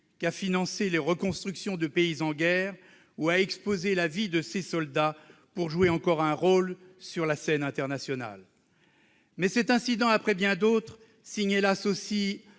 qu'à financer les reconstructions de pays en guerre ou à exposer la vie de ses soldats pour jouer encore un rôle sur la scène internationale. Mais cet incident, après bien d'autres, signe aussi,